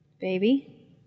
Baby